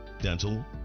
dental